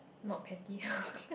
not petty